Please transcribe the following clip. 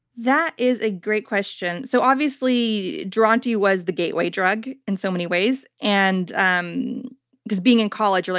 that is a great question. so, obviously, duranty was the gateway drug in so many ways. and um because, being in college, you're